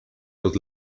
los